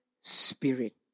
spirit